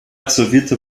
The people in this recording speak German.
absolvierte